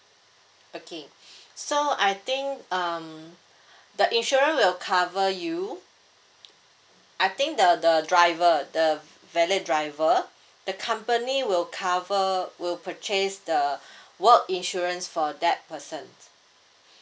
okay so I think um the insurance will cover you I think the the driver uh the valet driver the company will cover will purchase the work insurance for that person